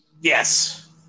Yes